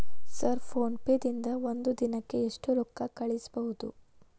Sir PhonePe ದಿಂದ ಒಂದು ದಿನಕ್ಕೆ ಎಷ್ಟು ರೊಕ್ಕಾ ಕಳಿಸಬಹುದು?